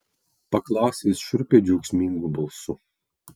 paklausė jis šiurpiai džiaugsmingu balsu